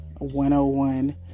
101